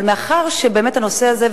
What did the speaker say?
אבל באמת הנושא הזה,